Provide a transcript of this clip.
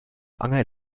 anger